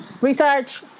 research